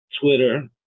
Twitter